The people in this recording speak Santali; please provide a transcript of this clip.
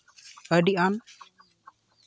ᱟᱹᱰᱤ ᱜᱟᱱ